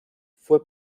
fue